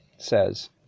says